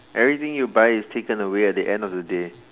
everything you buy is taken away at the end of the day